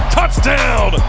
Touchdown